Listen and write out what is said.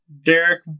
Derek